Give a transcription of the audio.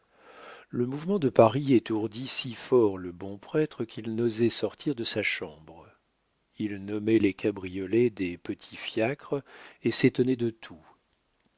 le mouvement de paris étourdit si fort le bon prêtre qu'il n'osait sortir de sa chambre il nommait les cabriolets des petits fiacres et s'étonnait de tout